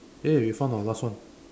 !yay! we found our last one